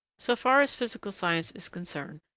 so far as physical science is concerned,